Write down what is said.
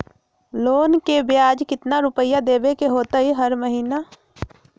Loan के ब्याज कितना रुपैया देबे के होतइ हर महिना?